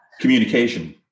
communication